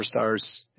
superstars